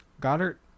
goddard